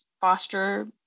foster